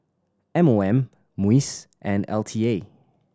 M O M MUIS and L T A